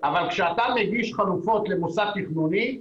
אבל כשאתה מגיש חלופות למוסד תכנוני,